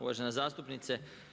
Uvažena zastupnice.